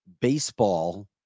baseball